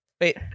wait